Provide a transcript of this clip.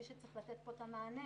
מי שצריך לתת כאן את המענה